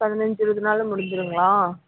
பதினஞ்சு இருபது நாளில் முடிஞ்சுடுங்களா